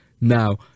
Now